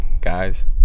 guys